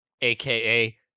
aka